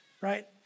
right